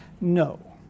no